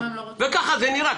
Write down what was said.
וככה זה נראה,